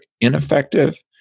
ineffective